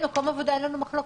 על מקום עבודה אין לנו חלוקת.